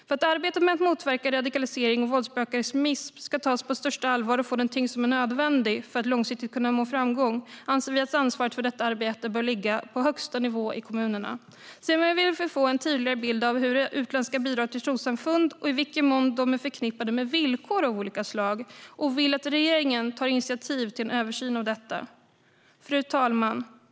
För att arbetet med att motverka radikalisering och våldsbejakande extremism ska tas på största allvar och få den tyngd som är nödvändig för att man långsiktigt ska kunna nå framgång anser vi att ansvaret för detta arbete bör ligga på högsta nivå i kommunerna. Sedan vill vi få en tydligare bild av utländska bidrag till trossamfund och i vilken mån de är förknippade med villkor av olika slag. Vi vill att regeringen ska ta initiativ till en översyn av detta. Fru talman!